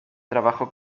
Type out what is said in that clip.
trabajó